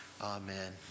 Amen